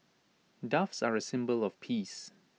doves are A symbol of peace